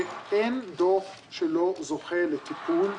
ואין דוח שלא זוכה לתיקון,